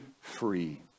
free